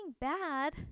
bad